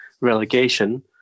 relegation